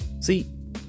See